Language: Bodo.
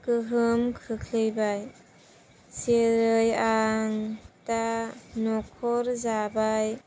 गोहोम खोख्लैबाय जेरै आं दा नखर जाबाय